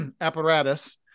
apparatus